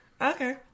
Okay